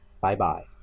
Bye-bye